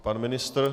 Pan ministr?